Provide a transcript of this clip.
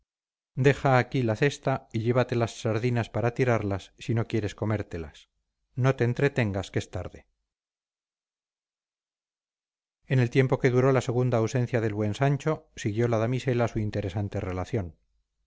deja aquí la cesta y llévate las sardinas para tirarlas si no quieres comértelas no te entretengas que es tarde en el tiempo que duró la segunda ausencia del buen sancho siguió la damisela su interesante relación